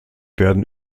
werden